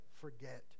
forget